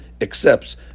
accepts